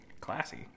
classy